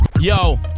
Yo